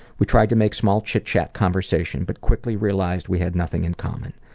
we tried to make small chit-chat conversation but quickly realized we had nothing in common.